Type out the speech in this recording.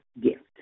gift